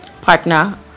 partner